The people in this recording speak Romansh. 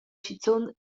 schizun